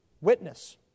witness